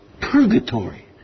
purgatory